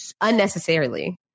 unnecessarily